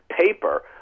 paper